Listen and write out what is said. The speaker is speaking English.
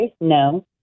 no